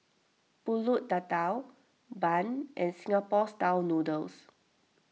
Pulut Tatal Bun and Singapore Style Noodles